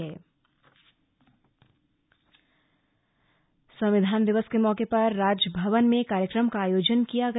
राज्यपाल संविधान दिवस के मौके पर राजभवन में कार्यक्रम का आयोजन किया गया